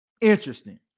interesting